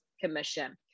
commission